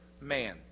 man